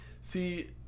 see